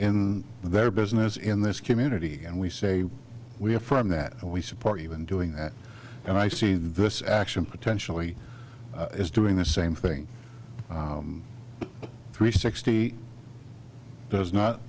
in their business in this community and we say we have from that and we support even doing that and i see this action potentially as doing the same thing three sixty does not